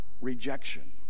rejection